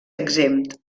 exempt